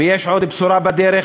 ויש עוד בשורה בדרך,